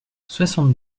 soixante